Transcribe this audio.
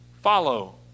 Follow